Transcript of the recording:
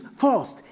first